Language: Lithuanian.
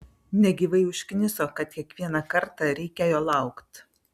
negyvai užkniso kad kiekvieną kartą reikia jo laukt